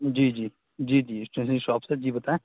جی جی جی جی اسٹیشنری شاپ سے جی بتائیں